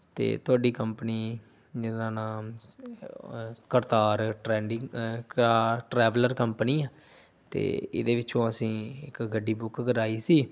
ਅਤੇ ਤੁਹਾਡੀ ਕੰਪਨੀ ਜਿਹਦਾ ਨਾਮ Kartar trending car traveller company ਆ ਅਤੇ ਇਹਦੇ ਵਿੱਚੋਂ ਅਸੀਂ ਇੱਕ ਗੱਡੀ ਬੁੱਕ ਕਰਾਈ ਸੀ